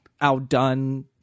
outdone